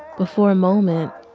but for a moment,